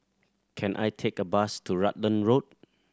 can I take a bus to Rutland Road